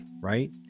right